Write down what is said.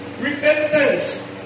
repentance